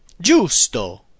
Giusto